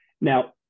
Now